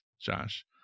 Josh